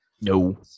No